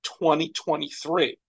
2023